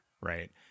right